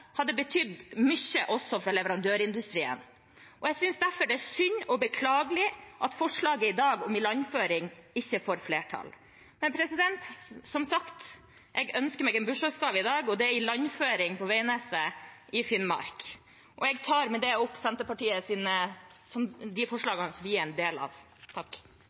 hadde betydd mye også for leverandørindustrien. Jeg synes derfor det er synd og beklagelig at forslaget i dag om ilandføring ikke får flertall. Som sagt: Jeg ønsker meg en bursdagsgave i dag, og det er ilandføring på Veidnes i Finnmark. Jeg tar med det opp forslaget som Senterpartiet